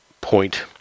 point